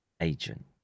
agent